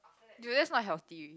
dude that's not healthy